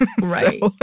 right